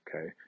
okay